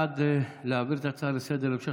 בעד להעביר את ההצעה לסדר-היום להמשך